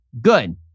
good